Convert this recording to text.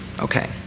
Okay